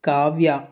Kavya